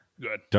good